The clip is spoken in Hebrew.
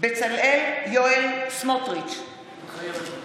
בצלאל יואל סמוטריץ' מתחייב אני